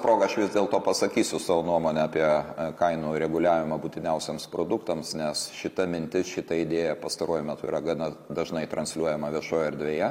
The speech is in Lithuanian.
proga aš vis dėlto pasakysiu savo nuomonę apie kainų reguliavimą būtiniausiems produktams nes šitą mintį šitą idėją pastaruoju metu yra gana dažnai transliuojama viešoje erdvėje